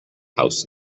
house